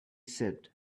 said